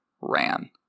ran